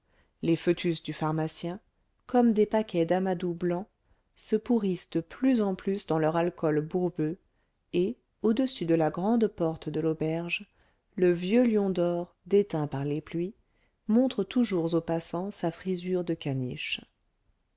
les foetus du pharmacien comme des paquets d'amadou blanc se pourrissent de plus en plus dans leur alcool bourbeux et audessus de la grande porte de l'auberge le vieux lion d'or déteint par les pluies montre toujours aux passants sa frisure de caniche